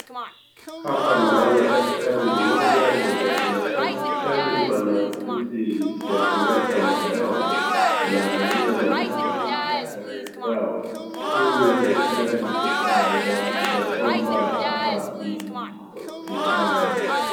Hapa naona daktari mmoja mwenye ako na tajriba na ujuzi ya kuweka madawa. Anaangalia madawa na tarehe zao. Huyu daktari inaonyesha ya kwamba hapa ni hospitali.